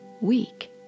week